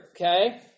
Okay